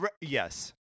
Yes